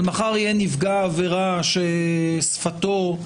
אבל מחר יהיה נפגע עבירה שהוא